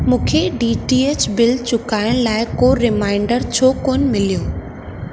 मूंखे D T H bill चुकाइण लाइ को रिमाइंडर छो कोन्ह मिलियो